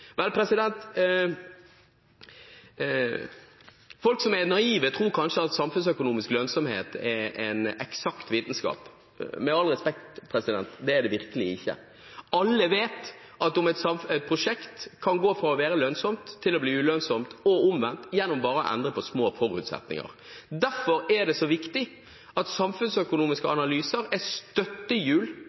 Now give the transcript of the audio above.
Vel, folk som er naive, tror kanskje at samfunnsøkonomisk lønnsomhet er en eksakt vitenskap. Med all respekt, det er det virkelig ikke. Alle vet at et prosjekt kan gå fra å være lønnsomt til å bli ulønnsomt og omvendt gjennom bare å endre på noen små forutsetninger. Derfor er det så viktig at samfunnsøkonomiske analyser er